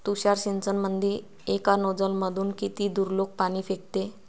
तुषार सिंचनमंदी एका नोजल मधून किती दुरलोक पाणी फेकते?